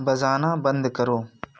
बजाना बंद करो